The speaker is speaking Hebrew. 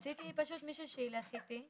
רציתי פשוט מישהי שתלך איתי,